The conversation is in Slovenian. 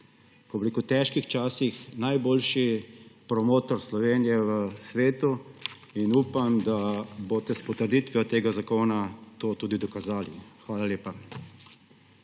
v teh težkih časih najboljši promotor Slovenije v svetu. In upam, da boste s potrditvijo tega zakona to tudi dokazali. Hvala lepa.